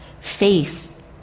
faith